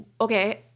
okay